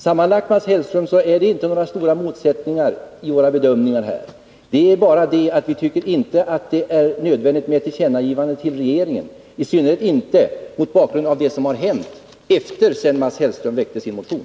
Sammantaget, Mats Hellström, är det inte några stora skillnader mellan våra bedömningar. Det är bara det att vi inte tycker att det är nödvändigt med ett tillkännagivande till regeringen, i synnerhet inte mot bakgrund av det som har hänt efter det att Mats Hellström väckte sin motion.